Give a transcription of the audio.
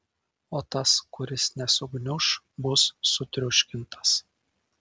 o tas kuris nesugniuš bus sutriuškintas